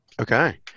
Okay